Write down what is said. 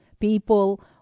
People